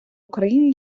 україні